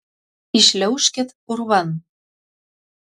įšliaužkit urvan